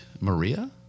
Maria